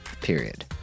Period